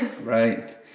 Right